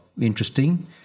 interesting